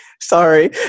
Sorry